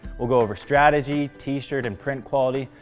we'll go over strategy, t-shirt and print quality,